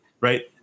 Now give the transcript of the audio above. Right